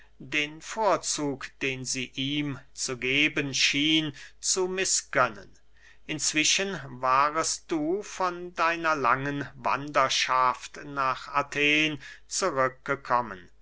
den vorzug den sie ihm zu geben schien zu mißgönnen inzwischen warest du von deiner langen wanderschaft nach athen zurückgekommen